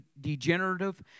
degenerative